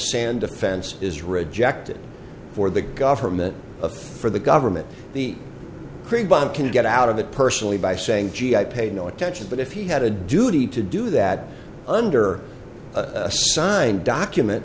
sand defense is rejected for the government of for the government the creba can get out of that personally by saying gee i paid no attention but if he had a duty to do that under a signed document